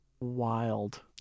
wild